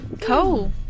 cool